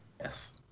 Yes